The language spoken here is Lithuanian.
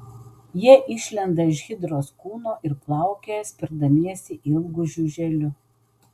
jie išlenda iš hidros kūno ir plaukioja spirdamiesi ilgu žiuželiu